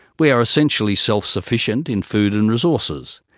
we are essentially self-sufficient in food and resources.